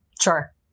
Sure